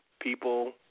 people